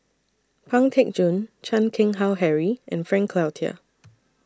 Pang Teck Joon Chan Keng Howe Harry and Frank Cloutier